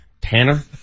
Tanner